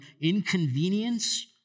inconvenience